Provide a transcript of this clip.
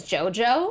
JoJo